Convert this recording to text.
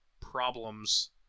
problems